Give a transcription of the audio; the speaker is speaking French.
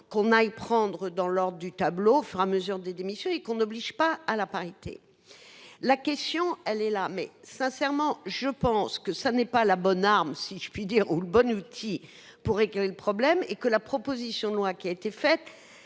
qu'on aille prendre dans l'ordre du tableau fera mesure des démissions et qu'on oblige pas à la parité. La question elle est là mais sincèrement je pense que ça n'est pas la bonne arme si je puis dire, ou le bon outil pour régler le problème est que la proposition de loi qui a été faite